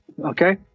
Okay